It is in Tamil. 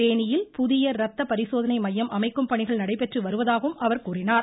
தேனியில் புதிய ரத்த பரிசோதனை மையம் அமைக்கும் பணிகள் நடைபெற்று வருவதாகவும் அவர் கூறினார்